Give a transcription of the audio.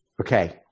Okay